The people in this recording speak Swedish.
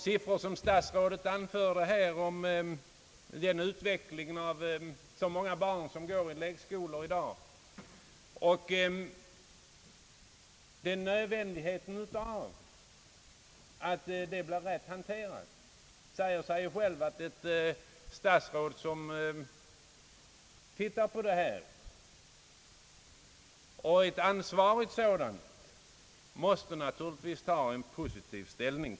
Statsrådet Palme redovisade siffror om utvecklingen av antalet barn som går i lekskolor i dag och talade om nödvändigheten av att de blir rätt handledda. Det säger sig självt att ett ansvarigt statsråd som studerar detta naturligtvis måste inta en positiv hållning.